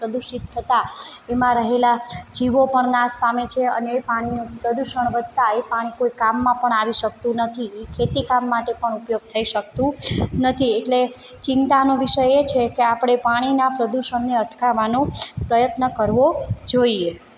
પ્રદુષિત થતાં એમાં રહેલા જીવો પણ નાશ પામે છે અને એ પાણીનું પ્રદુષણ વધતા એ પાણી કોઈ કામમાં પણ આવી શકતું નથી એ ખેતી કામ માટે પણ ઉપયોગ થઈ શકતું નથી એટલે ચિંતાનો વિષય એ છે કે આપણે પાણીના પ્રદુષણને અટકાવવાનો પ્રયત્ન કરવો જોઈએ